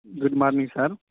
good morning sir